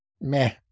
Meh